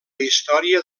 història